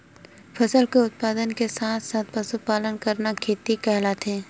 फसल के उत्पादन के साथ साथ पशुपालन करना का खेती कहलाथे?